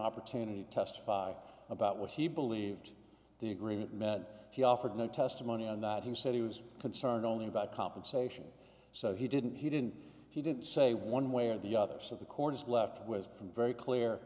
opportunity to testify about what she believed the agreement met he offered no testimony and that he said he was concerned only about compensation so he didn't he didn't he didn't say one way or the other so the court is left with from very clear